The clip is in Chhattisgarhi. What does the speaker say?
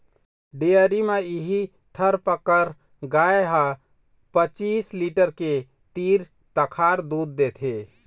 डेयरी म इहीं थारपकर गाय ह पचीस लीटर के तीर तखार दूद देथे